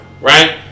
right